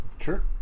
Sure